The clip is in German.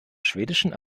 schwedischen